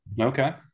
okay